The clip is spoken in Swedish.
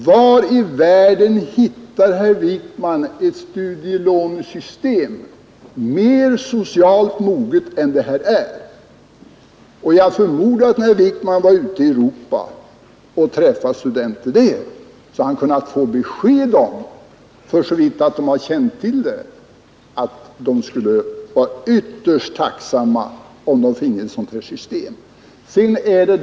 Var i världen hittar herr Wijkman ett studielånesystem mer socialt moget än det här är? Jag förmodar att när herr Wijkman var ute i Europa och träffade studenter där så hade han kunnat få besked om att de skulle vara ytterst tacksamma om de finge ett sådant här system — för så vitt de har känt till det.